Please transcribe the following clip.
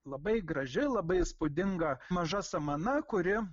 labai graži labai įspūdinga maža samana kuri